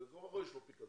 כי בין כה וכה יש לו פיקדון,